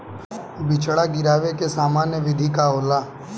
बिचड़ा गिरावे के सामान्य विधि का होला?